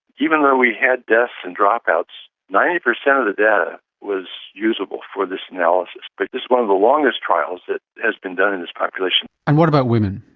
even though we had deaths and dropouts, ninety percent of the data was usable for this analysis. like this is one of the longest trials that has been done in this population. and what about women?